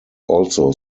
also